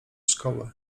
szkoły